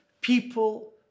people